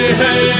hey